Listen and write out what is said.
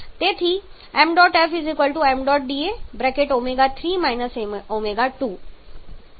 તેથી ṁda ω2 ṁf ṁda ω3 તેથી ṁf ṁda ω3 ω2 હવે ω3 કેવી રીતે ઓળખવો